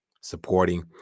supporting